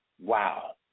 Wow